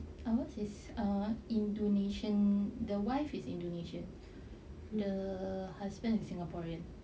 ours is ah indonesian the wife is indonesian the husband is singaporean